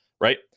Right